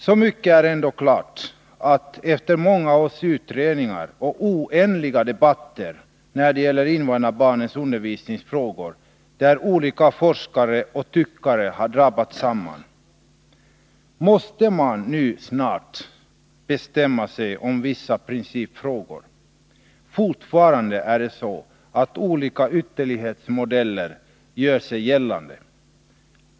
Så mycket är ändå klart, att efter många års utredningar och oändliga debatter när det gäller frågor om undervisning för invandrarbarn, där olika forskare och tyckare har drabbat samman, måste man nu snart bestämma sig i vissa principfrågor. Fortfarande gör sig olika ytterlighetsmodeller gällande.